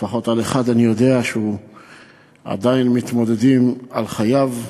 לפחות על אחד אני יודע שעדיין נאבקים על חייו.